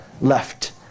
left